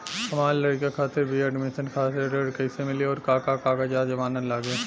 हमार लइका खातिर बी.ए एडमिशन खातिर ऋण कइसे मिली और का का कागज आ जमानत लागी?